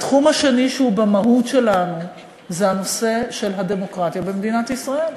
התחום השני שהוא במהות שלנו זה הנושא של הדמוקרטיה במדינת ישראל.